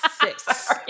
six